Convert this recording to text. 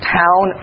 town